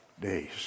days